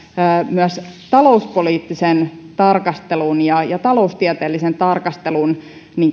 myös talouspoliittisen tarkastelun ja ja taloustieteellisen tarkastelun